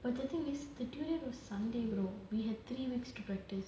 but the thing is the due date was sunday you know we had three weeks to practise